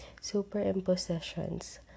superimpositions